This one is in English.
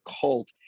cult